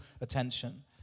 attention